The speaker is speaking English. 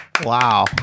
wow